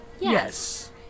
Yes